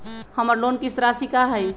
हमर लोन किस्त राशि का हई?